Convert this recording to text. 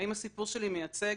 האם הסיפור שלי מייצג?